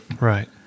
Right